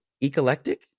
eclectic